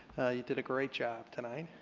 you did a great job tonight.